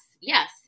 yes